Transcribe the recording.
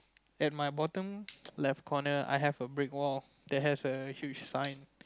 at my bottom left corner I have a brick wall that has a huge sign